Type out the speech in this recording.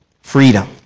freedom